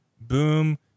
Boom